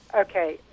Okay